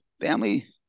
family